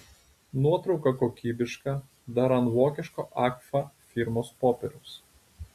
nuotrauka kokybiška dar ant vokiško agfa firmos popieriaus